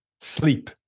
Sleep